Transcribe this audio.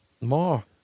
More